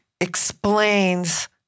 explains